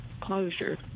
closure